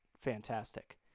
Fantastic